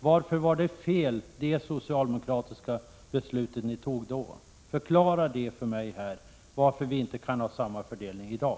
Varför var det socialdemokratiska beslutet fel? Förklara för mig varför vi inte kan ha samma fördelning i dag.